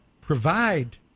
provide